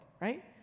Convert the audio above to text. right